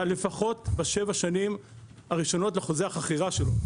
לפחות בשבע שנים הראשונות לחוזה החכירה שלו,